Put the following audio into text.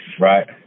Right